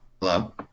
Hello